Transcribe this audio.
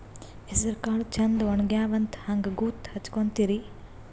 ಹೆಸರಕಾಳು ಛಂದ ಒಣಗ್ಯಾವಂತ ಹಂಗ ಗೂತ್ತ ಹಚಗೊತಿರಿ?